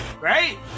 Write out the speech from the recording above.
right